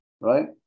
right